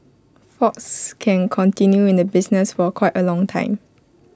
fox can continue in the business for quite A long time